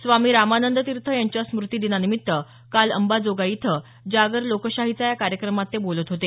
स्वामी रामानंद तीर्थ यांच्या स्मुतिदिनानिमित्त काल अंबाजोगाई इथं जागर लोकशाहीचा या कार्यक्रमात ते बोलत होते